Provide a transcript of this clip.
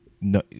No